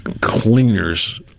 cleaners